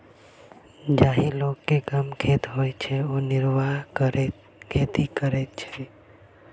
जाहि लोक के कम खेत होइत छै ओ निर्वाह खेती करैत छै